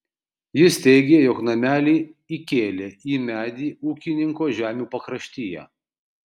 jis teigė jog namelį įkėlė į medį ūkininko žemių pakraštyje